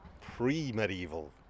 pre-medieval